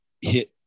hit